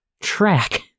track